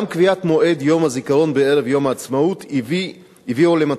גם קביעת מועד יום הזיכרון בערב יום העצמאות הביא למצב